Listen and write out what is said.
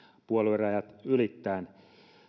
puoluerajat ylittäen